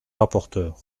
rapporteur